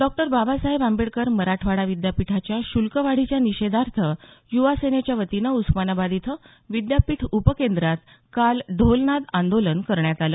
doctor Babasaheb Ambedkar Marathwada विद्यापीठाच्या शुल्कवाढीच्या निषेधार्थ युवासेनेच्या वतीनं उस्मानाबाद इथं विद्यापीठ उपकेंद्रात काल ढोलनाद आंदोलन करण्यात आलं